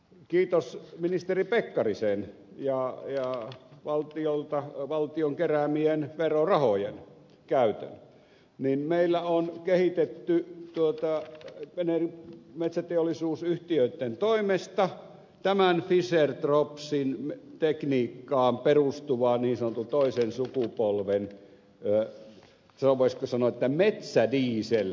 kiitos ministeri pekkarisen ja valtion keräämien verorahojen käytön meillä on kehitetty metsäteollisuusyhtiöitten toimesta tähän fischertropsch tekniikkaan perustuvat niin sanotun toisen sukupolven voisiko sanoa metsädieseltuotannot